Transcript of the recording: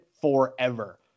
forever